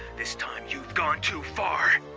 this time you've gone too far.